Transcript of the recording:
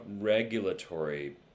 regulatory